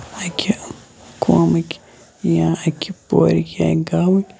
اَکہِ قومٕکۍ یا اَکہِ پورِکۍ یا گامٕکۍ